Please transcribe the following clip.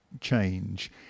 change